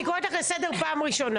אני קוראת אותך לסדר פעם ראשונה.